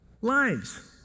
lives